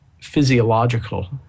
physiological